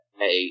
hey